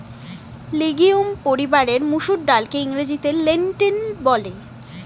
legume পরিবারের মুসুর ডালকে ইংরেজিতে লেন্টিল বলে